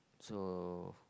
so